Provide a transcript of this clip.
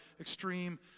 extreme